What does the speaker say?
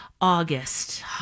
August